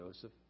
Joseph